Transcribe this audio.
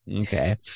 okay